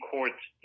Court's